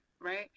right